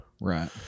right